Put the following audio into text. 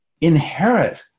inherit